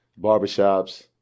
barbershops